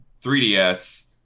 3ds